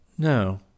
No